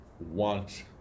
want